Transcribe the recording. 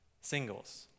Singles